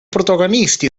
protagonisti